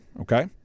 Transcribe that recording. okay